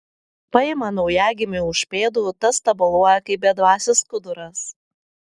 paima naujagimį už pėdų tas tabaluoja kaip bedvasis skuduras